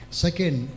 second